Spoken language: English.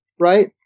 right